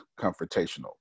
confrontational